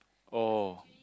oh